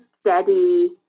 steady